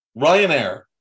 Ryanair